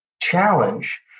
challenge